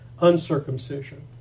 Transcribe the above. uncircumcision